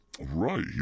Right